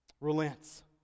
relents